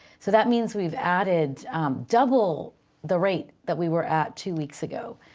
so that means we've added double the rate that we were at two weeks ago.